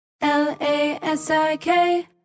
L-A-S-I-K